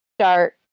start